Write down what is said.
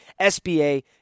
SBA